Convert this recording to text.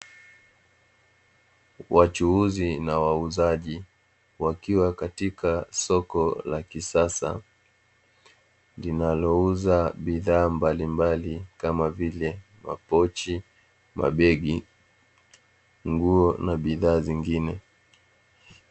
Wachuuzi na wauzaji wakiwa katika soko la kisasa linalouza bidhaa mbalimbali kama vile mapochi, mabegi, nguo na bidhaa zingine.